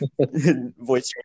voice